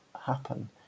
happen